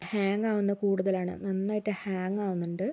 hang ആവുന്ന കൂടുതലാണ് നന്നായിട്ട് ഹാങ്ങ് ആവുന്നുണ്ട്